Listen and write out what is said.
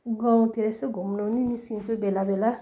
गाउँतिर यसो घुम्नु पनि निस्किन्छु बेला बेला